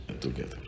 together